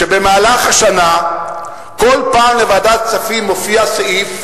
ובמהלך השנה כל פעם בוועדת הכספים מופיע הסעיף: